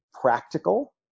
practical